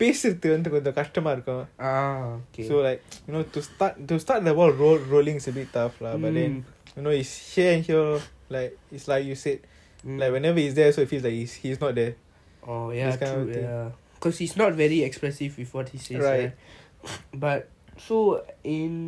பேசுறதுக்கு கொஞ்சம் கஷ்டமா இருக்கும்:naan paakum bothulam peasuvan aana peasurathuku konjam kastama irukum so like so you know to start the start the ball rolling is a bit tough lah but then you know you say it here like it's like you said like whenever he is there also feels like he is not there right